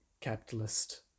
capitalist